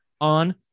on